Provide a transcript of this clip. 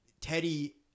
Teddy